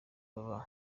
baba